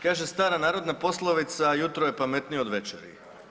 Kaže stara narodna poslovica – jutro je pametnije od večeri.